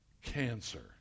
cancer